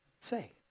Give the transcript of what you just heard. say